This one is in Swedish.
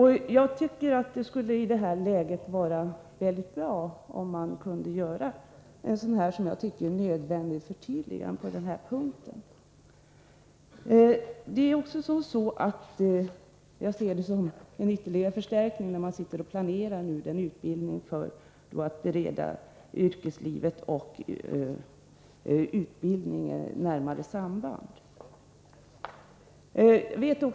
I detta läge skulle det vara bra om man kunde göra ett som jag tycker nödvändigt förtydligande på den här punkten. Jag ser det också som en ytterligare förstärkning när man sitter och planerar utbildningen för att bereda ett närmare samband mellan yrkeslivet och utbildningsmyndigheterna.